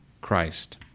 Christ